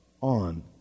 on